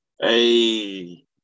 Hey